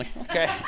Okay